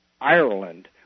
Ireland